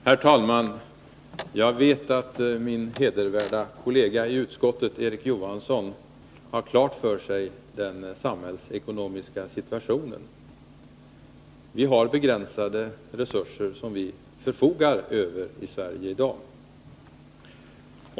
Herr talman! Jag vet att min hedervärda kollega i utskottet Erik Johansson har den samhällsekonomiska situationen klar för sig. De resurser som vi förfogar över i Sverige i dag är begränsade.